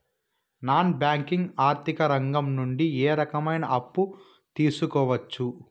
Non banking ఆర్థిక రంగం నుండి ఏ రకమైన అప్పు తీసుకోవచ్చు?